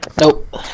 Nope